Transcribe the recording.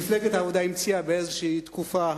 מפלגת העבודה המציאה באיזושהי תקופה,